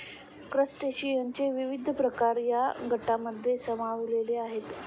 क्रस्टेशियनचे विविध प्रकार या गटांमध्ये सामावलेले आहेत